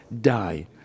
die